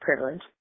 privilege